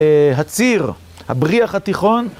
הציר, הבריח התיכון.